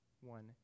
one